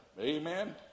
amen